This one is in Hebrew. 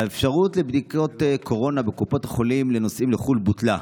האפשרות לבדיקות קורונה בקופות החולים לנוסעים לחו"ל בוטלה,